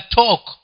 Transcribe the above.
talk